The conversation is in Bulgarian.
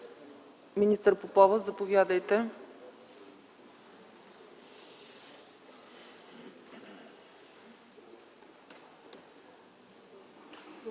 Министър Попова, заповядайте.